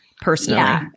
Personally